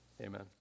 Amen